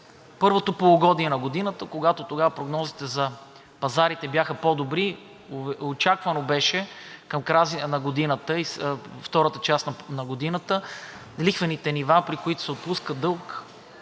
първото полугодие на годината, когато прогнозите за пазарите бяха по-добри. Очаквано беше към края на годината и втората част на годината лихвените нива, при които се отпуска дълг,